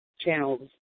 channels